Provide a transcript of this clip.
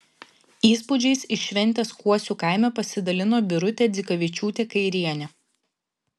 įspūdžiais iš šventės kuosių kaime pasidalino birutė dzikavičiūtė kairienė